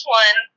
one